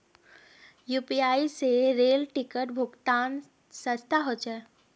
UPI स rail ticket भुक्तान सस्ता ह छेक